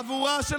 בורח?